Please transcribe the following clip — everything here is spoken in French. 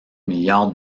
milliards